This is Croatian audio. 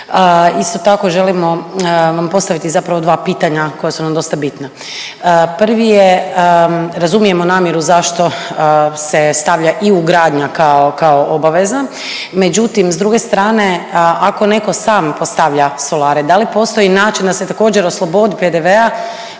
Isto tako želimo vam postaviti zapravo dva pitanja koja su nam dosta bitna. Prvi je, razumijemo namjeru zašto se stavlja i ugradnja kao obaveza, međutim s druge strane ako neko sam postavlja solare da li postoji način da se također oslobodi PDV-a